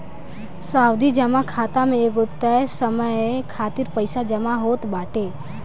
सावधि जमा खाता में एगो तय समय खातिर पईसा जमा होत बाटे